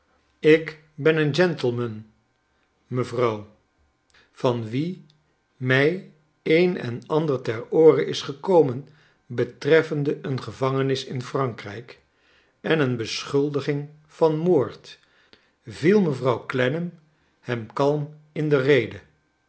ik ben een gentleman mevrouw van wien mij een en ander ter oore is gekomen betreffende een gevangenis in frankrijk en een beschuldiging van moord viel mevrouw clennam hem kalm in de rede